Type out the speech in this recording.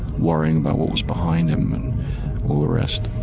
worrying about what was behind him and all the rest.